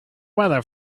weather